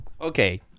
Okay